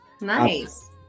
Nice